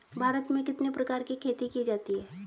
भारत में कितने प्रकार की खेती की जाती हैं?